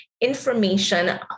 information